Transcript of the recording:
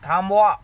थांबवा